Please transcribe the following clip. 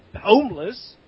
homeless